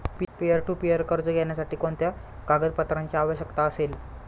Peer to peer कर्ज घेण्यासाठी कोणत्या कागदपत्रांची आवश्यकता असेल?